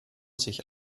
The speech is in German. sich